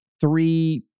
three